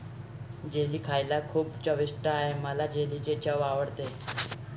jelly खायला खूप चविष्ट आहे मला जेलीची चव आवडते